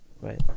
Right